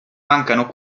mancano